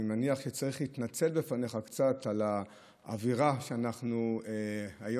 אני מניח שצריך להתנצל בפניך קצת על האווירה שבה אנחנו היום,